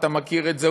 אתה מכיר את זה,